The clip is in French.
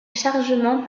chargement